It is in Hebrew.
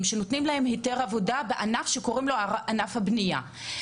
שנותנים להם היתר עבודה בענף שקוראים לו "ענף הבנייה".